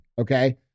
Okay